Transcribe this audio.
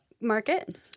market